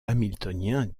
hamiltonien